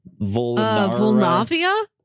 volnavia